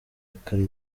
aka